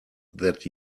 that